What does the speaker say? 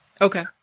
okay